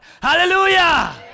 Hallelujah